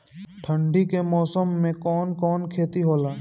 ठंडी के मौसम में कवन कवन खेती होला?